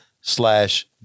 slash